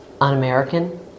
Un-American